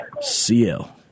CL